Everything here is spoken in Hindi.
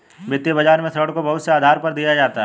वित्तीय बाजार में ऋण को बहुत से आधार पर दिया जाता है